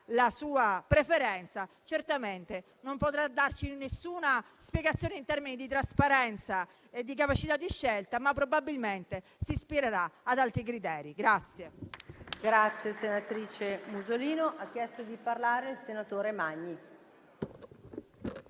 la sua preferenza - certamente non potrà darci nessuna spiegazione in termini di trasparenza e di capacità di scelta, ma probabilmente si ispirerà ad altri criteri.